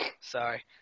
Sorry